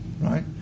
right